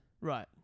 Right